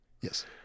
Yes